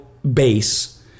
Base